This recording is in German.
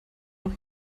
noch